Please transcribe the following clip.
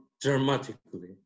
dramatically